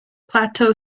plateau